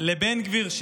לבן גביר,